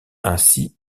ainsi